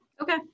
Okay